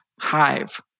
Hive